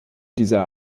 dieser